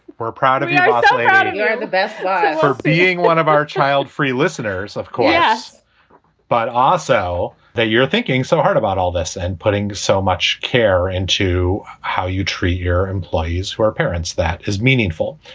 we're proud of you. yeah so yeah and you're the best for being one of our child free listeners, of course but also that you're thinking so hard about all this and putting so much care into how you treat your employees who are parents. that is meaningful.